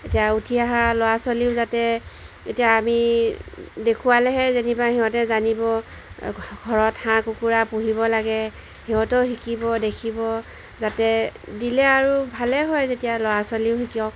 এতিয়া উঠি অহা ল'ৰা ছোৱালীও যাতে এতিয়া আমি দেখুৱালেহে যেনিবা সিহঁতে জানিব ঘৰত হাঁহ কুকুৰা পুহিব লাগে সিহঁতেও শিকিব দেখিব যাতে দিলে আৰু ভালেই হয় যেতিয়া ল'ৰা ছোৱালীও শিকক